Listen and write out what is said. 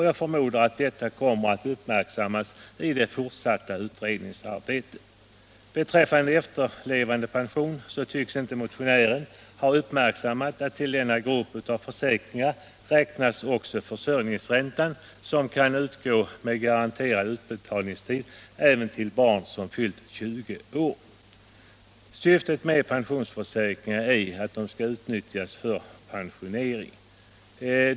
Jag förmodar att detta kommer att uppmärksammas i det fortsatta utredningsarbetet. Beträffande efterlevandepension tycks inte motionären ha uppmärksammat att till denna grupp av försäkringar räknas också försörjningsräntan, som kan utgå under garanterad utbetalningstid även till barn som fyllt 20 år. ö Syftet med pensionsförsäkringarna är att de skall utnyttjas för pensionering.